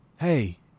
Hey